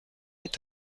est